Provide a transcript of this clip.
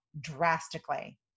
drastically